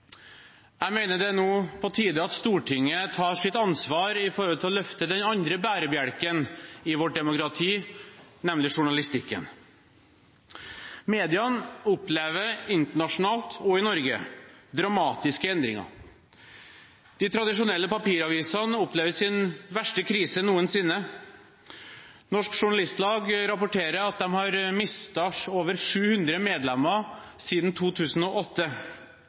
Jeg mener det nå er på tide at Stortinget tar sitt ansvar når det gjelder å løfte den andre bærebjelken i vårt demokrati, nemlig journalistikken. Mediene opplever – internasjonalt og i Norge – dramatiske endringer. De tradisjonelle papiravisene opplever sin verste krise noensinne. Norsk Journalistlag rapporterer at de har mistet over 700 medlemmer siden 2008.